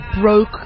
broke